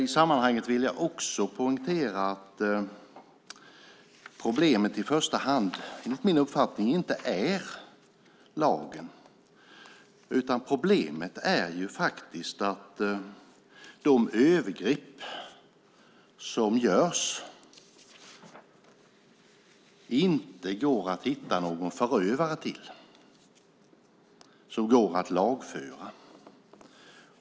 I sammanhanget vill jag också poängtera att problemet i första hand, enligt min uppfattning, inte är lagen. Problemet är faktiskt att det till de övergrepp som begås inte går att hitta någon förövare som går att lagföra.